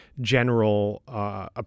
general